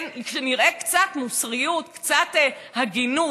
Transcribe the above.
שנראה קצת מוסריות, קצת הגינות.